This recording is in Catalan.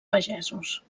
pagesos